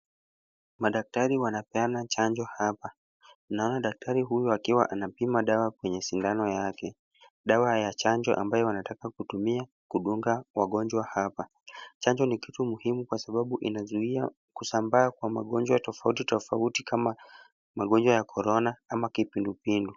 Madaktari wanapeana chanjo hapa. Naona daktari huyu akiwa anapima dawa kwenye sindano yake. Dawa ya chanjo ambayo wanataka kutumia kudunga wagonjwa hapa. Chanjo ni kitu muhimu kwa sababu inazuia kusambaa kwa magonjwa tofauti tofauti kama magonjwa ya corona ama kipindupindu.